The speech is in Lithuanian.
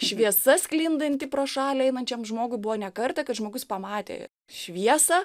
šviesa sklindanti pro šalį einančiam žmogui buvo ne kartą kad žmogus pamatė šviesą